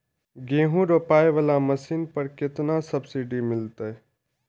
गेहूं रोपाई वाला मशीन पर केतना सब्सिडी मिलते?